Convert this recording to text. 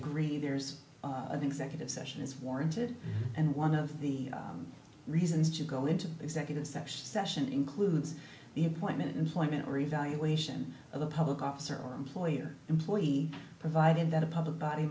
agree there's an executive session is warranted and one of the reasons to go into executive session session includes the appointment employment or evaluation of a public officer or employer employee provided that a public body